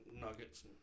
nuggets